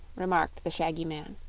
remarked the shaggy man,